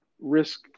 risk